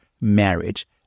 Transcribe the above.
marriage